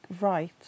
right